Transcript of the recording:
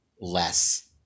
less